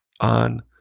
On